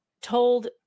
told